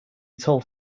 told